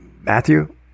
Matthew